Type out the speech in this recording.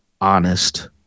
honest